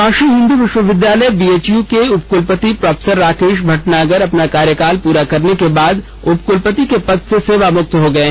Kashi Hindu Vishwavidyalaya BHU के उपकुलपति professor Rakesh Bhatnagar अपना कार्यकाल पूरा करने के बाद उपकुलपति के पद से सेवा मुक्ता हो गये